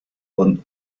und